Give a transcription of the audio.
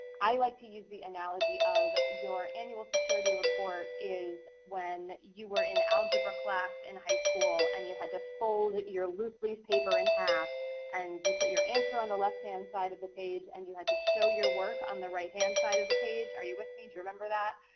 i like to use the analogy of your annual security report is when you were in algebra class in high school, and you had to fold your loose leaf paper in half and you put your answer on the left hand side of the page and you had to show your work on the right hand side of the page. are you with me, do you remember that?